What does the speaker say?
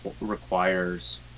requires